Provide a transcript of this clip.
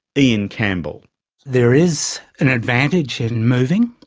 iain campbell there is an advantage in moving.